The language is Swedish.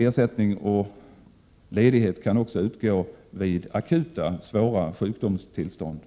Ersättning och ledighet kan också utgå vid akuta svåra sjukdomstillstånd